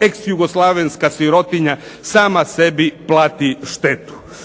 ex-jugoslavenska sirotinja sama sebi plati štetu.